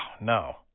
no